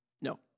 No